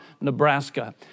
Nebraska